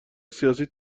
سیاسی